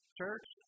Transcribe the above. church